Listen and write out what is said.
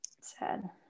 Sad